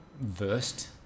versed